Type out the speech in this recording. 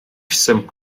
jsem